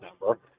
number